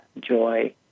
joy